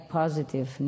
positive